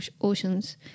oceans